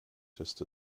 just